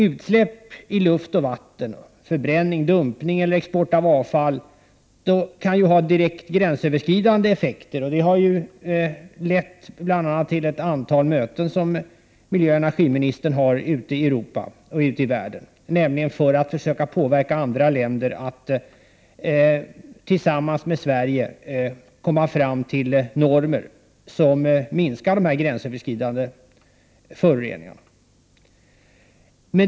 Utsläpp i luft och vatten samt förbränning, dumpning och export av avfall kan ju ha direkt gränsöverskridande effekter, och detta har bl.a. föranlett miljöoch energiministern att anordna ett antal möten ute i Europa och i andra delar av världen för att försöka påverka andra länder att tillsammans med Sverige komma fram till normer som minskar gränsöverskridande föroreningar.